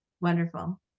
wonderful